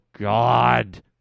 God